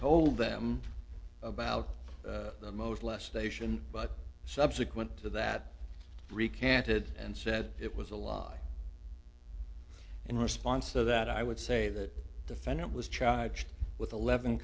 told them about the most less station but subsequent to that recanted and said it was a lie in response to that i would say that defendant was charged with